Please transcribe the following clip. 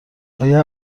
آیا